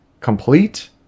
complete